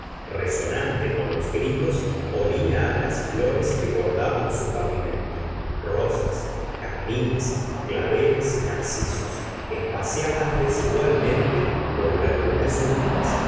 resonante con los gritos olia á las flores que bordaban su pavimento rosas jazmines claveles y narcisos gustavo flaubert espaciadas desigualmente por verduras húmedas